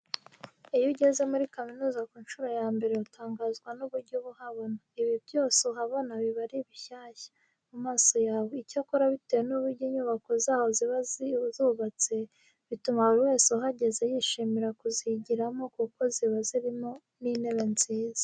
Iyo ugeze muri kaminuza ku nshuro ya mbere utangazwa n'uburyo uba uhabona. Ibintu byose uhabona biba ari bishyashya mu maso yawe. Icyakora bitewe n'uburyo inyubako zaho ziba zubatse, bituma buri wese uhageze yishimira kuzigiramo kuko ziba zirimo n'intebe nziza.